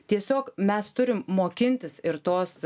tiesiog mes turim mokintis ir tos